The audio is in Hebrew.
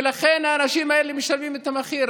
ולכן האנשים האלה משלמים את המחיר.